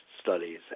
studies